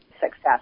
success